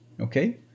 Okay